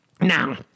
Now